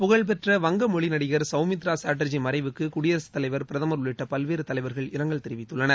புகழ்பெற்ற வங்கமொழி நடிகர் சௌமித்திரா சாட்டர்ஜி மறைவுக்கு குடியரசுத் தலைவர் பிரதமர் உள்ளிட்ட பல்வேறு தலைவர்கள் இரங்கல் தெரிவித்துள்ளனர்